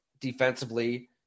defensively